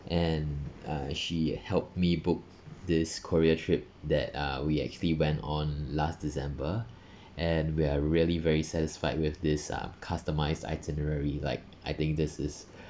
and uh she helped me book this korea trip that uh we actually went on last december and we're really very satisfied with this uh customized itinerary like I think this is